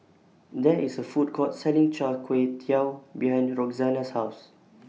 There IS A Food Court Selling Char Kway Teow behind Roxanna's House